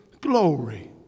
glory